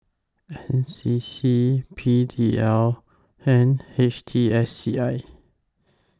N C C P D L and H T S C I